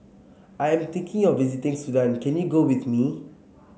I'm thinking of visiting Sudan can you go with me